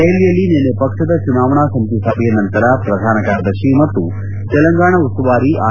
ದೆಹಲಿಯಲ್ಲಿ ನಿನ್ನೆ ಪಕ್ಷದ ಚುನಾವಣಾ ಸಮಿತಿ ಸಭೆಯ ನಂತರ ಪ್ರಧಾನ ಕಾರ್ಯದರ್ಶಿ ಮತ್ತು ತೆಲಂಗಾಣ ಉಸ್ತುವಾರಿ ಆರ್